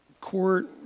court